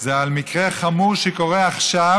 זה מקרה חמור שקורה עכשיו,